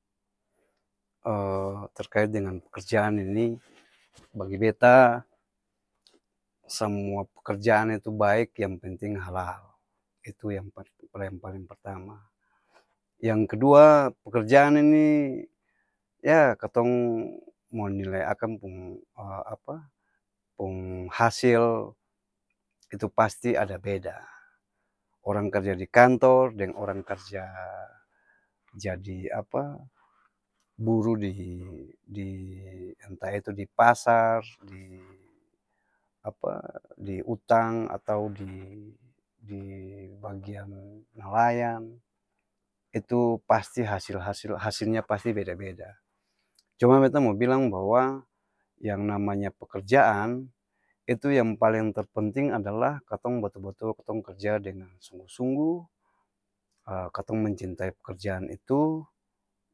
terkait dengan pekerjaan ini, bagi beta samua pekerjaan itu baik, yang penting halal, itu yang paleng paleng pertama, yang kedua pekerjaan ini yaa katong mo nilai akang pung apa? Pung hasil itu pasti ada beda, orang karja di kantor, deng orang karjaaa jadi apa? Buruh di entah itu di pasar, apa? Di utang, atau di bagian nelayan itu pasti hasil-hasil, hasilnya pasti beda-beda, cuma beta mo bilang bahwa yang namanya pekerjaan itu yang paleng terpenting adalah katong batul-batul katong kerja dengan sungguh-sungguh, katong mencintai pekerjaan itu,